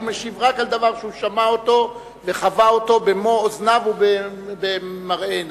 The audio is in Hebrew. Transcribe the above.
הוא משיב רק על דבר שהוא שמע אותו וחווה אותו במו-אוזניו ובמראה עיניו.